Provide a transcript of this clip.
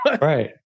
Right